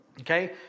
Okay